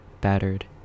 battered